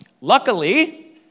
Luckily